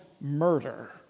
murder